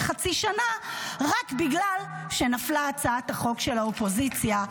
חצי שנה רק בגלל שנפלה הצעת החוק של האופוזיציה,